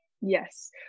yes